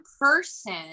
person